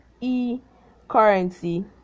e-currency